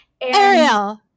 ariel